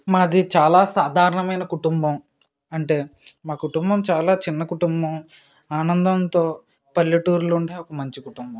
మాది చాలా సాధారణమైన కుటుంబం అంటే మా కుటుంబం చాలా చిన్న కుటుంబం ఆనందంతో పల్లెటూరులో ఒక మంచి కుటుంబం